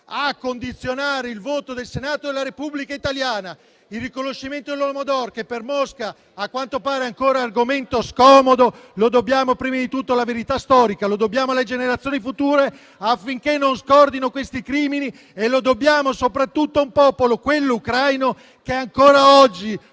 a condizionare il voto del Senato della Repubblica italiana. Il riconoscimento dell'Holodomor, che per Mosca a quanto pare è ancora argomento scomodo, lo dobbiamo prima di tutto alla verità storica, lo dobbiamo alle generazioni future, affinché non scordino questi crimini, e lo dobbiamo soprattutto a un popolo, quello ucraino, che ancora oggi porta